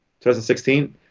2016